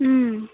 ꯎꯝ